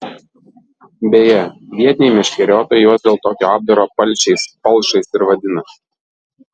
beje vietiniai meškeriotojai juos dėl tokio apdaro palšiais palšais ir vadina